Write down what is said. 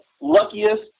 luckiest